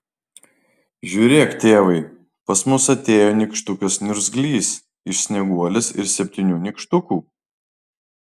žiūrėk tėvai pas mus atėjo nykštukas niurzglys iš snieguolės ir septynių nykštukų